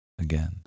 again